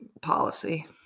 policy